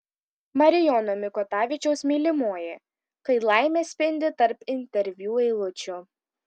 marijono mikutavičiaus mylimoji kai laimė spindi tarp interviu eilučių